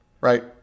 Right